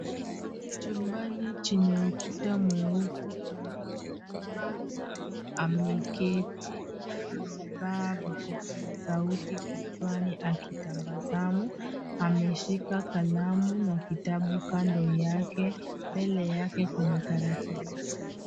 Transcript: Chumbani chenye ukuta mweupe, ambapo mvulana ameketi. Amevaa vipokea sauti kichwani akitabasamu. Ameshika kalamu na kitabu kando yake. Mbele yake kuna tarakilishi.